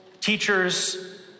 teachers